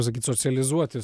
visgi socializuotis